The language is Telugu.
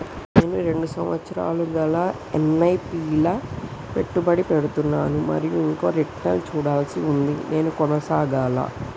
నేను రెండు సంవత్సరాలుగా ల ఎస్.ఐ.పి లా పెట్టుబడి పెడుతున్నాను మరియు ఇంకా రిటర్న్ లు చూడాల్సి ఉంది నేను కొనసాగాలా?